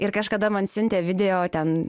ir kažkada man siuntė video ten